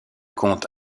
compte